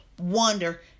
wonder